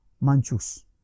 Manchus